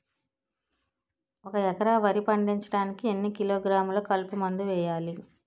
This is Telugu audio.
ఒక ఎకర వరి పండించటానికి ఎన్ని కిలోగ్రాములు కలుపు మందు వేయాలి?